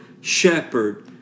shepherd